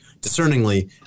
discerningly